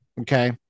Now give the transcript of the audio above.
Okay